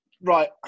right